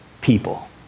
people